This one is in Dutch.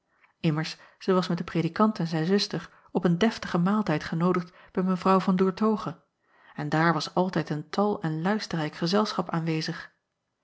zij was met den predikant en zijn zuster op een deftigen maaltijd genoodigd bij w an oertoghe en daar was altijd een tal en luisterrijk gezelschap aanwezig